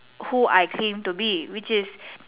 who I claim to be which is